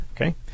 okay